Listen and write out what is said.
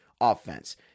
offense